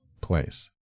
place